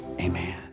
amen